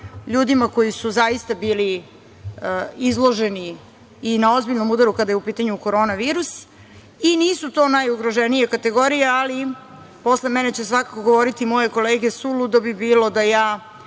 ljudima koji su zaista bili izloženi i na ozbiljnom udaru kada je u pitanju korona virus. Nisu to najugroženije kategorije, ali posle mene će svakako govoriti moje kolege, suludo bi bilo da ja